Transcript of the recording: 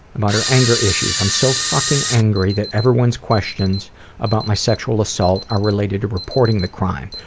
about her anger issues, i'm so fucking angry that everyone's questions about my sexual assault are related to reporting the crime.